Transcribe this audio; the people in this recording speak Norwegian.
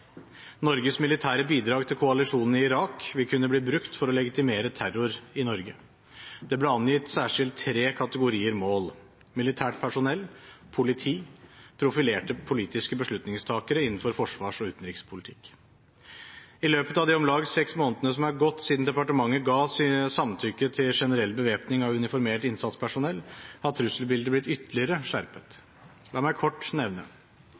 Norges militære bidrag til koalisjonen i Irak vil kunne bli brukt for å legitimere terror i Norge. Det ble angitt særskilt tre kategorier mål: militært personell politi profilerte politiske beslutningstakere innenfor forsvars- og utenrikspolitikk I løpet av de om lag seks månedene som har gått siden departementet ga samtykke til generell bevæpning av uniformert innsatspersonell, har trusselbildet blitt ytterligere skjerpet. La meg kort nevne: